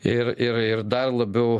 ir ir ir dar labiau